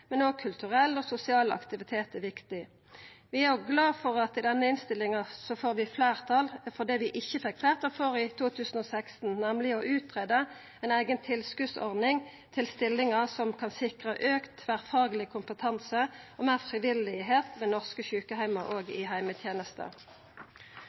er viktig. Vi er òg glade for at vi i denne innstillinga får fleirtal for det vi ikkje fekk fleirtal for i 2016, nemleg å greia ut ei eiga tilskotsordning til stillingar som kan sikra auka tverrfagleg kompetanse og meir frivilligheit ved norske sjukeheimar og